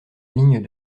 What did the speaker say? ligne